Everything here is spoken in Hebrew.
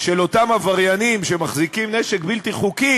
של אותם עבריינים שמחזיקים נשק בלתי חוקי.